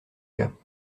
gars